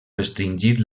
restringit